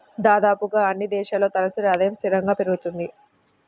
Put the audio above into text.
దాదాపుగా అన్నీ దేశాల్లో తలసరి ఆదాయము స్థిరంగా పెరుగుతుంది